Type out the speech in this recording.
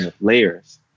layers